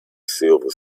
silver